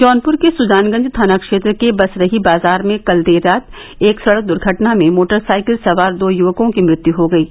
जौनपुर के सुजानगंज थाना क्षेत्र के बसरही बाजार में कल देर रात एक सड़क दुर्घटना में मोटरसाइकिल सवार दो युवकों को मृत्यु हो गयी